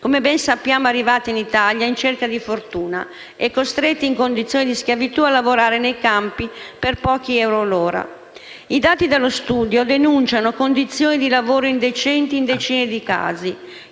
come ben sappiamo arrivati in Italia in cerca di fortuna e costretti in condizione di schiavitù a lavorare nei campi per pochi euro l'ora. I dati dello studio denunciano condizioni di lavoro indecenti in decine di casi.